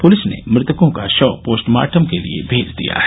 police ने मृतकों का शव पोस्टमार्टम के लिए भेज दिया है